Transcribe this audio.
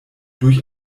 durch